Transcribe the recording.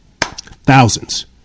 Thousands